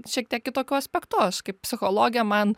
šiek tiek kitokiu aspektu aš kaip psichologė man